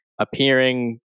appearing